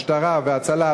משטרה והצלה,